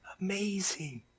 Amazing